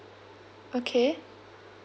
okay